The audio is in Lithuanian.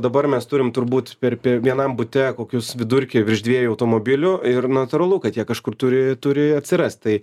dabar mes turim turbūt per vienam bute kokius vidurkį virš dviejų automobilių ir natūralu kad jie kažkur turi turi atsirast tai